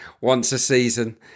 once-a-season